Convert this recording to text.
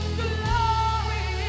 glory